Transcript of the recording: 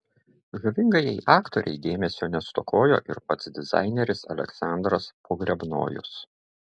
žavingajai aktorei dėmesio nestokojo ir pats dizaineris aleksandras pogrebnojus